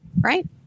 right